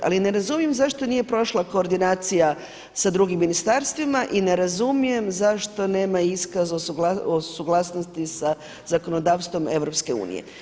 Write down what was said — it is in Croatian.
Ali ne razumijem zašto nije prošla koordinacija sa drugim ministarstvima i ne razumijem zašto nema iskaza o suglasnosti sa zakonodavstvom EU.